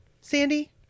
Sandy